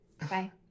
Bye